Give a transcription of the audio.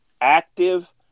active